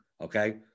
okay